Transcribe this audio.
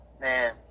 man